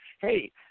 hey